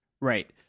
right